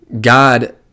God